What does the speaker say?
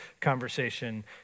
conversation